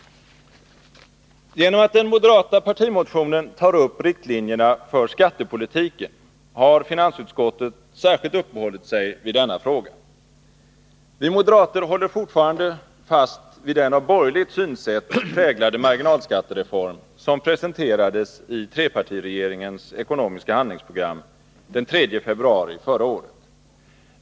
Genom att den moderata partimotionen tar upp riktlinjerna för skattepolitiken har finansutskottet särskilt uppehållit sig vid denna fråga. Vi moderater håller fortfarande fast vid den av borgerligt synsätt präglade marginalskattereform som presenterades i trepartiregeringens ekonomiska handlingsprogram den 3 februari förra året.